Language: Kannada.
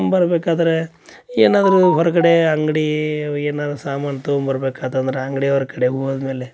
ಬರಬೇಕಾದ್ರೆ ಏನಾದರೂ ಹೊರಗಡೆ ಅಂಗಡಿ ಏನಾದ್ರು ಸಾಮಾನು ತಗೊಂಬರ್ಬೇಕಾತಂದ್ರೆ ಅಂಗ್ಡಿಯವ್ರ ಕಡೆಗೆ ಹೋದ್ಮೇಲೆ